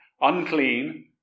unclean